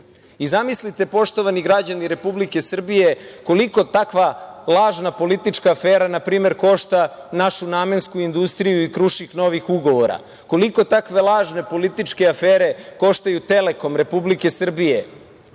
medijima. Zamislite, poštovani građani Republike Srbije, koliko takva lažna politička afera npr. košta našu namensku industriju i Krušik novih ugovora, koliko takve lažne političke afere koštaju Telekom Republike Srbije.